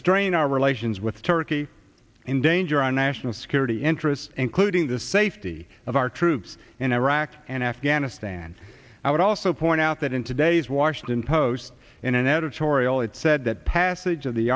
strengthen our relations with turkey endanger our national security interests including the safety of our troops in iraq and afghanistan i would also point out that in today's washington post in an editorial it said that passage of the